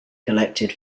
collected